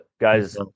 guys